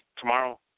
tomorrow